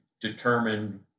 determined